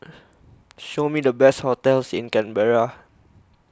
show me the best hotels in Canberra